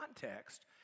context